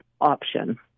option